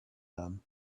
them